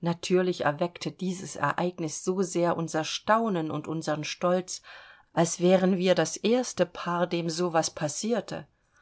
natürlich erweckte dieses ereignis so sehr unser staunen und unsern stolz als wären wir das erste paar dem so was passierte